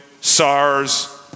SARS